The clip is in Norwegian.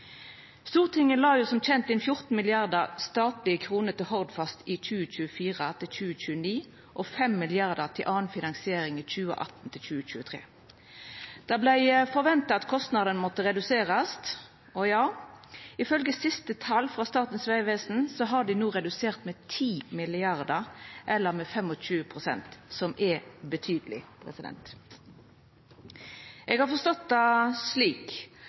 Stortinget la som kjent inn 14 mrd. statlege kroner til Hordfast i 2024–2029, og 5 mrd. kr til anna finansiering i 2018–2023. Det vart forventa at kostnadane måtte reduserast, og ja, ifølgje dei siste tala frå Statens vegvesen er dei no reduserte med 10 mrd. kr, eller med 25 pst., noko som er betydeleg. Eg har forstått det slik